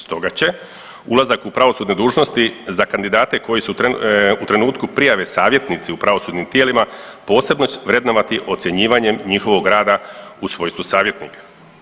Stoga će ulazak u pravosudne dužnosti za kandidate koji su u trenutku prijave savjetnici u pravosudnim tijelima posebno vrednovati ocjenjivanjem njihovog rada u svojstvu savjetnika.